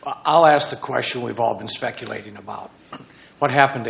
i'll ask a question we've all been speculating about what happened